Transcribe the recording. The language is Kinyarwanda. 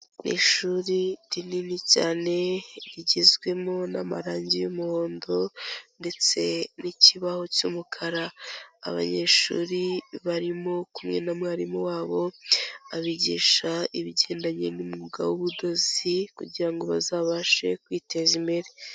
Ni ishuri rinini cyane rigizwemo n'amarange y'umuhondo ndetse n'ikibaho cy'umukara, abanyeshuri barimo kumwe na mwarimu wabo abigisha ibigendanye n'umwuga w'ubudozi, kugira ngo bazabashe kwiteza imbere.